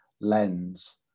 lens